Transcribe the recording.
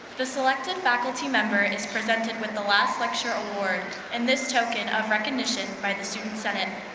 the selected faculty member is presented with the last lecture award and this token of recognition by the student senate.